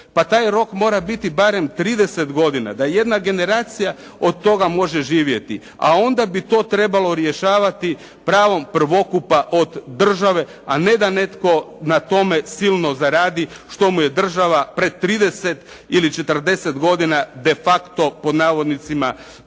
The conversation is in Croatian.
Pa taj rok mora biti barem 30 godina da jedna generacija od toga može živjeti, a onda bi to trebalo rješavati pravom prvokupa od države, a ne da netko na tome silno zaradi što mu je država pred 30 ili 40 godina de facto "darovala".